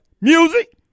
Music